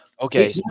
Okay